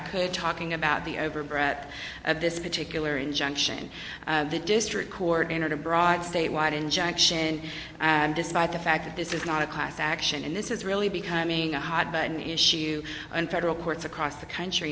could talking about the over brett of this particular injunction the district court entered a broad statewide injunction and despite the fact that this is not a class action and this is really becoming a hot button issue in federal courts across the country